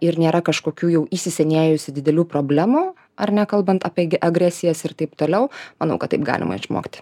ir nėra kažkokių jau įsisenėjusi didelių problemų ar ne kalbant apie agresijas ir taip toliau manau kad taip galima išmokti